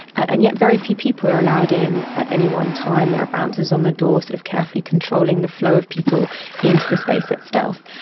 and yet very few people are allowed in at any one time. there are bouncers on the doors that are carefully controlling the flow of people into the space itself.